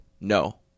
no